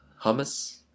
hummus